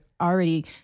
already